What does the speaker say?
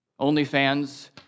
OnlyFans